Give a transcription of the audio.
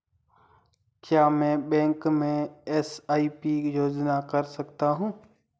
क्या मैं बैंक में एस.आई.पी योजना कर सकता हूँ?